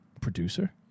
producer